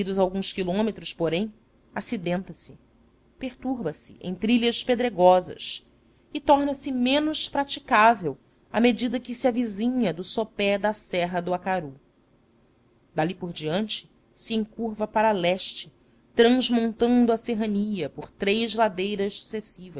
alguns quilômetros porém acidenta se perturba se em trilhas pedregosas e torna-se menos praticável à medida que se avizinha do sopé da serra do acaru dali por diante se encurva para leste transmontando a serrania por três ladeiras